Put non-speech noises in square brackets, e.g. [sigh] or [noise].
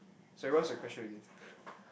sorry what's your question again [breath]